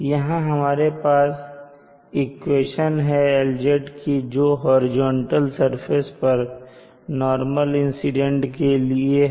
यहां हमारे पास इक्वेशन है LZ की जो हॉरिजॉन्टल सरफेस पर नॉर्मल इंसीडेंट के लिए है